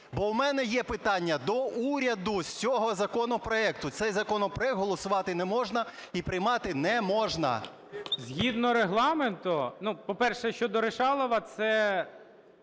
бо у мене є питання до уряду з цього законопроекту. Цей законопроект голосувати не можна і приймати не можна. ГОЛОВУЮЧИЙ. Згідно Регламенту… По-перше, щодо "рішалова", це